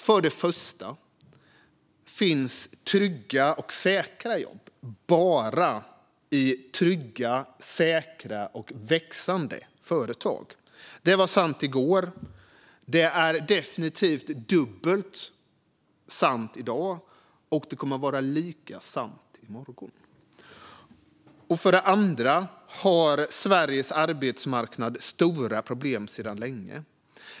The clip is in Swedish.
För det första finns trygga och säkra jobb bara i trygga, säkra och växande företag. Det var sant i går. Det är definitivt dubbelt sant i dag, och det kommer att vara lika sant i morgon. För det andra har Sveriges arbetsmarknad stora problem sedan länge.